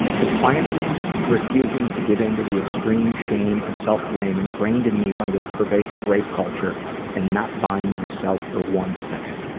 defiantly refusing to give in to the extreme shame and self-blame engrained in me by this pervasive rape culture and not buying myself for one second.